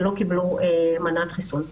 שלא קיבלו מנת חיסון נוספת.